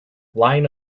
line